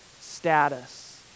status